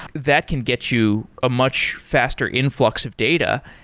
that can get you a much faster influx of data.